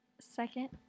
second